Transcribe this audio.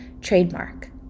trademark